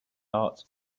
arts